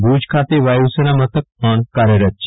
ભુજ ખાતે વાયુસેના મથક પણ કાર્યરત છે